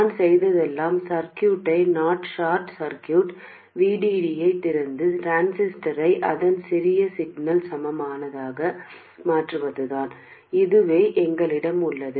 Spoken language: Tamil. நான் செய்ததெல்லாம் சர்க்யூட் ஐ நாட் ஷார்ட் சர்க்யூட் VDD யைத் திறந்து டிரான்சிஸ்டரை அதன் சிறிய சிக்னல் சமமானதாக மாற்றுவதுதான் இதுவே எங்களிடம் உள்ளது